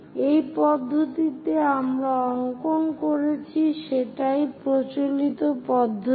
যে পদ্ধতিতে আমরা অংকন করছি সেটাই প্রচলিত পদ্ধতি